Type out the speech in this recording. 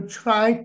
try